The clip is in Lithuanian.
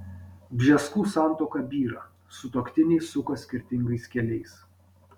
bžeskų santuoka byra sutuoktiniai suka skirtingais keliais